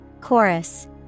Chorus